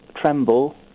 Tremble